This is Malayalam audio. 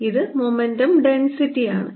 ഇത് മൊമെന്റം ഡെൻസിറ്റി ആണ്